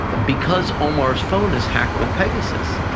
because omar's phone is hacked with pegasus,